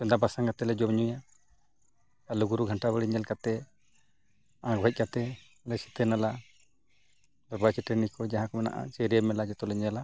ᱪᱚᱫᱟ ᱵᱟᱥᱟᱝ ᱠᱟᱛᱮᱫ ᱞᱮ ᱡᱚᱢᱼᱧᱩᱭᱟ ᱟᱨ ᱞᱩᱜᱩ ᱵᱩᱨᱩ ᱜᱷᱟᱱᱴᱟ ᱵᱟᱲᱮ ᱧᱮᱞ ᱠᱟᱛᱮᱫ ᱟᱲᱜᱚ ᱦᱮᱡ ᱠᱟᱛᱮᱫ ᱚᱸᱰᱮ ᱥᱤᱛᱟᱹᱱᱟᱞᱟ ᱫᱚᱨᱵᱟᱨ ᱪᱟᱹᱴᱟᱹᱱᱤ ᱠᱚ ᱡᱟᱦᱟᱸ ᱠᱚ ᱢᱮᱱᱟᱜᱼᱟ ᱪᱟᱹᱨᱤᱭᱟᱹ ᱢᱮᱞᱟ ᱡᱚᱛᱚ ᱞᱮ ᱧᱮᱞᱟ